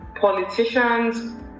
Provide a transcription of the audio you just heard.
politicians